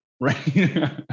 right